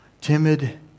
timid